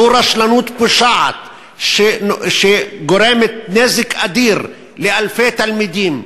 זאת רשלנות פושעת שגורמת נזק אדיר לאלפי תלמידים.